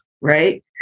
Right